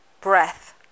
breath